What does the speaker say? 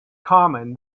common